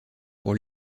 pour